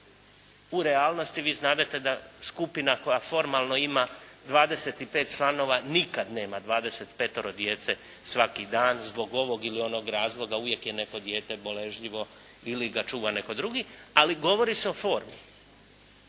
U realnosti vi znadete da skupina koja formalno ima 25 članova nikad nema 25 djece svaki dan zbog ovog ili onog razloga. Uvijek je neko dijete boležljivo ili ga čuva netko drugi, ali govori se o formi.